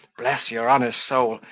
bless your honour's soul,